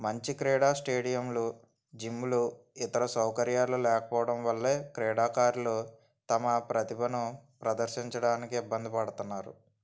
మంచి క్రీడా స్టేడియంలు జిమ్లు ఇతర సౌకర్యాలు లేకపోవడం వల్ల క్రీడాకారులు తమ ప్రతిభను ప్రదర్శించడానికి ఇబ్బంది పడుతున్నారు